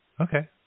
Okay